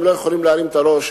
הם לא יכולים להרים את הראש,